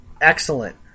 excellent